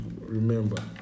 remember